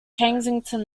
kensington